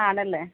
ആണല്ലേ